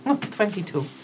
Twenty-two